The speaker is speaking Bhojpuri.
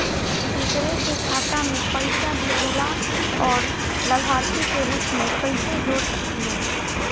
दूसरे के खाता में पइसा भेजेला और लभार्थी के रूप में कइसे जोड़ सकिले?